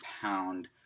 pound